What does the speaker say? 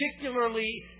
particularly